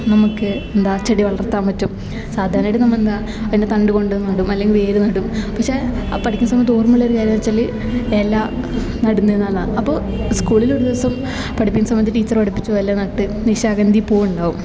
നമുക്ക് എന്താ ചെടി വളർത്താമ്പറ്റും സാധാരണയായിട്ട് നമ്മളെന്താ അതിൻ്റെ തണ്ട് കൊണ്ട് നടും അല്ലെങ്കിൽ വേര് നടും പക്ഷേ ആ പഠിക്കുന്ന സമയത്ത് ഓർമ്മയുള്ള കാര്യേന്താച്ചാല് ഇല നടുന്നെന്നൊള്ളതാണ് അപ്പോൾ സ്കൂളിലൊരു ദിവസം പഠിപ്പിക്കുന്ന സമയത്ത് ടീച്ചറ് പഠിപ്പിച്ചു എല്ലാം നട്ട് നിശാഗന്ധി പൂവുണ്ടാവും